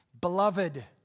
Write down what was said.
beloved